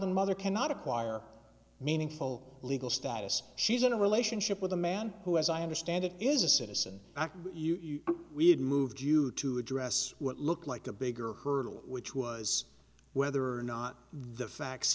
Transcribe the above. the mother cannot acquire meaningful legal status she's in a relationship with a man who as i understand it is a citizen act we had moved you to address what looked like a bigger hurdle which was whether or not the facts